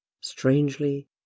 Strangely